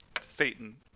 Satan